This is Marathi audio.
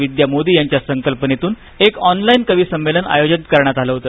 विद्या मोदी यांच्या संकल्पनेतून एक ऑनलाईन कविसंमेलन आयोजित करण्यात आलं होत